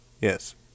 Yes